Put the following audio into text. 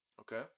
okay